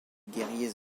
guerriers